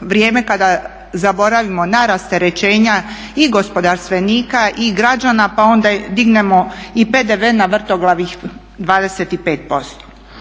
vrijeme kada zaboravimo na rasterećenja i gospodarstvenika i građana pa onda dignemo i PDV na vrtoglavih 25%.